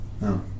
No